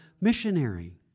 missionary